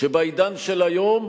שבעידן של היום,